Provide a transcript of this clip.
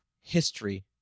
history